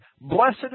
blessed